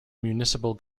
municipal